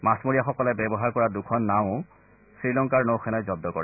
মাছমৰীয়াসকলে ব্যৱহাৰ কৰা দুখন নাৱো শ্ৰীলংকাৰ নৌসেনাই জন্দ কৰে